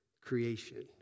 creation